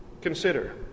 Consider